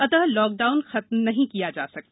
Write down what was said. अतः लॉकडाउन खत्म नहीं किया जा सकता